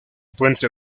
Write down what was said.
puente